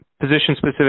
position-specific